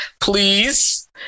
Please